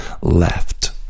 left